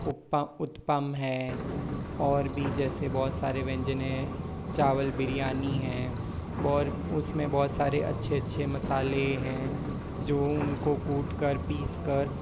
उप्पा उत्पम है और भी जैसे बहुत सारे व्यंजन है चावल बिरयानी हैं उसमें बहुत सारे अच्छे अच्छे मसाले हैं जो उनको कूट कर पीस कर